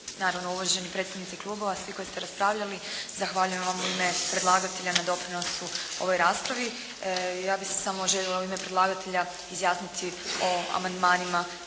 naravno uvaženi predstavnici klubova, svi koji ste raspravljali zahvaljujem vam u ime Vlade na doprinosu ovoj raspravi. Ja bih se samo željela u ime predlagatelja izjasniti o amandmanima